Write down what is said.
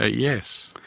ah yes,